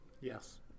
yes